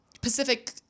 Pacific